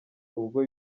ubwo